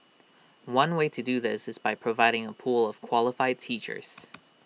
one way to do this is by providing A pool of qualified teachers